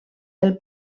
del